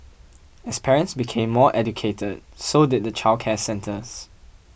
as parents became more educated so did the childcare centres